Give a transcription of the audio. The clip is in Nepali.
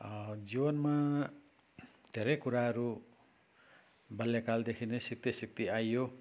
जीवनमा धेरै कुराहरू बाल्यकालदेखि नै सिक्दै सिक्दै आइयो